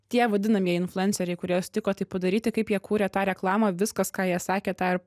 tie vadinamieji influenceriai kurie sutiko tai padaryti kaip jie kūrė tą reklamą viskas ką jie sakė tą ir